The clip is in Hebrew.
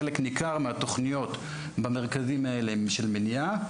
חלק ניכר מהתוכניות במרכזים האלה הן של מניעה,